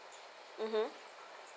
mmhmm